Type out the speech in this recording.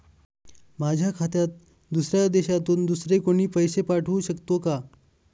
माझ्या खात्यात दुसऱ्या देशातून दुसरे कोणी पैसे पाठवू शकतो का?